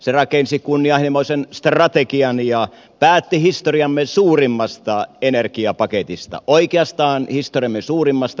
se rakensi kunnianhimoisen strategian ja päätti historiamme suurimmasta energiapaketista oikeastaan historiamme suurimmasta investointipäätöksestä